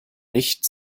nicht